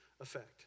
effect